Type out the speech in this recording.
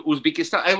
Uzbekistan